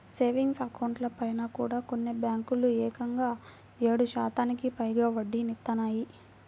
savings అకౌంట్లపైన కూడా కొన్ని బ్యేంకులు ఏకంగా ఏడు శాతానికి పైగా వడ్డీనిత్తన్నాయి